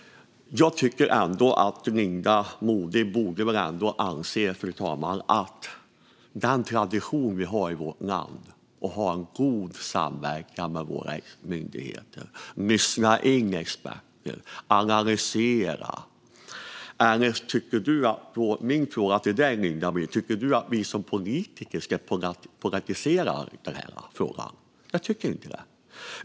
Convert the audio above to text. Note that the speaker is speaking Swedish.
Jag tycker att Linda Modig borde anse att det är en bra tradition vi har i vårt land att ha god samverkan med våra myndigheter, lyssna in experter och analysera. Eller tycker du, Linda, att vi som politiker ska politisera den här frågan? Jag tycker inte det.